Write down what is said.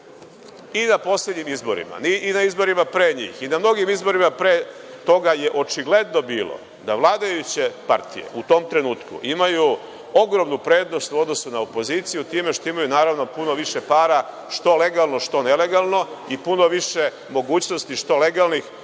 I na poslednjim izborima i na izborima pre njih i na mnogim izborima pre toga je očigledno bilo da vladajuće partije u tom trenutku imaju ogromnu prednost u odnosu na opoziciju time što imaju naravno puno više para, što legalno, što nelegalno, i puno više mogućnosti, što legalnih,